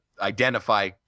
Identify